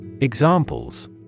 Examples